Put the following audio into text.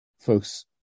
folks